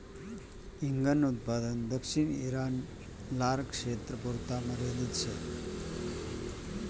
हिंगन उत्पादन दक्षिण ईरान, लारक्षेत्रपुरता मर्यादित शे